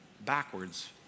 backwards